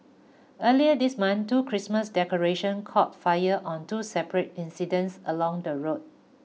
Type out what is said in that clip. earlier this month two Christmas decorations caught fire on two separate incidents along the road